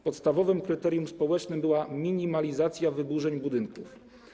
Podstawowym kryterium społecznym była minimalizacja wydłużeń budynków.